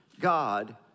God